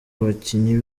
abakinnyi